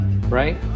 right